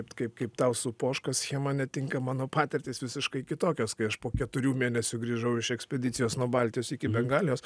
kaip kaip tau su poška schema netinka mano patirtys visiškai kitokios kai aš po keturių mėnesių grįžau iš ekspedicijos nuo baltijos iki bengalijos